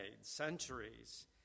centuries